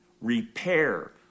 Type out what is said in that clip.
repair